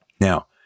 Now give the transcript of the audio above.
Now